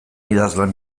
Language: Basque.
idazlan